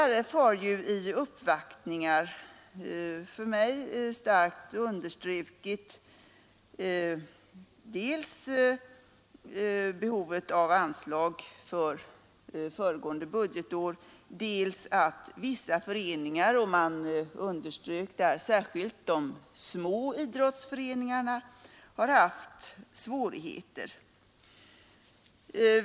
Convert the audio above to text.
RF har i uppvaktningar för mig kraftigt understrukit dels behovet av anslag för föregående budgetår, dels att vissa föreningar — man pekade särskilt på de små idrottsföreningarna — har haft svårigheter.